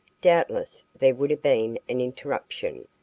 doubtless there would have been an interruption,